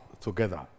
together